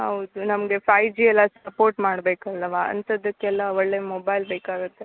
ಹೌದು ನಮಗೆ five G ಎಲ್ಲ ಸಪೋರ್ಟ್ ಮಾಡ್ಬೇಕಲ್ವಾ ಅಂಥದಕ್ಕೆಲ್ಲ ಒಳ್ಳೆ ಮೊಬೈಲ್ ಬೇಕಾಗುತ್ತೆ